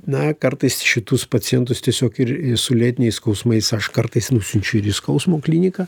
na kartais šitus pacientus tiesiog ir su lėtiniais skausmais aš kartais nusiunčiu ir į skausmo kliniką